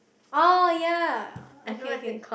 oh ya okay okay